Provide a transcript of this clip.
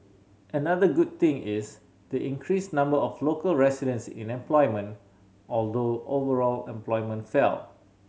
another good thing is the increased number of local residents in employment although overall employment fell